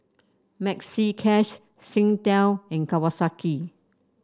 Maxi Cash Singtel and Kawasaki